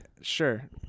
Sure